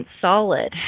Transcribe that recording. solid